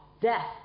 death